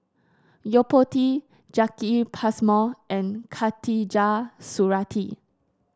Yo Po Tee Jacki Passmore and Khatijah Surattee